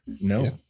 No